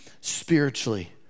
spiritually